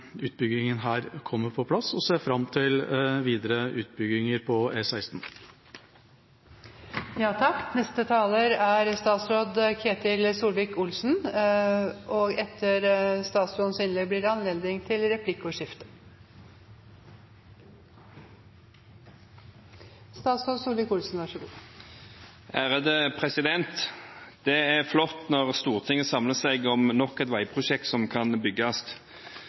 utbyggingen kommer på plass, og ser fram til videre utbygginger på E16. Det er flott når Stortinget samler seg om nok et veiprosjekt som kan bygges.